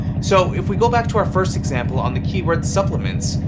so, if we go back to our first example on the keyword, supplements,